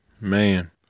Man